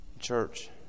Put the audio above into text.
church